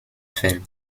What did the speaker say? feld